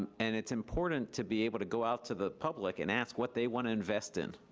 and and it's important to be able to go out to the public and ask what they want to invest in